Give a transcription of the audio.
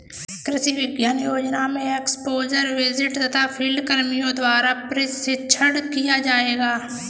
कृषि विकास योजना में एक्स्पोज़र विजिट तथा फील्ड कर्मियों द्वारा प्रशिक्षण किया जाएगा